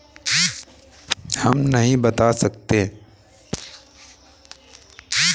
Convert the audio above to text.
क्या आप मुझे मेरे चालू खाते की खाता संख्या बता सकते हैं?